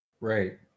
Right